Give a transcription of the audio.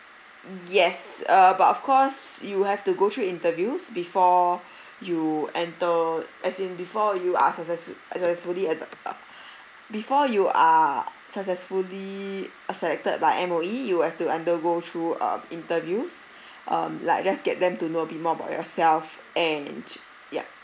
yes err but of course you have to go through interviews before you enter as in before you are successful uh successfully at the uh before you are successfully uh selected by M_O_E you have to undergo through uh interviews um like just get them to know a bit more about yourself and yup